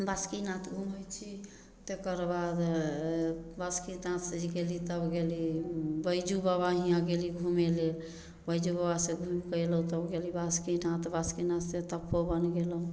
बासुकीनाथ घुमै छी तकर बाद बासुकीनाथसँ गेली तब गेली बैजूबाबा हिआँ गेली घुमैलेल बैजूबाबासँ घुमिकऽ अएलहुँ तऽ फेर बासुकीनाथ बासुकीनाथसँ तपोवन गेलहुँ